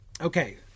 okay